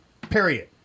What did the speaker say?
period